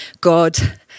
god